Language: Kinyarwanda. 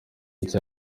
icyo